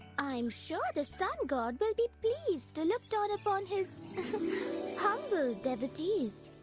i'm sure the sun god will be pleased to look down upon his humble devotees.